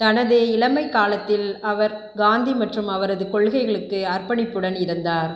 தனது இளமைக் காலத்தில் அவர் காந்தி மற்றும் அவரது கொள்கைகளுக்கு அர்ப்பணிப்புடன் இருந்தார்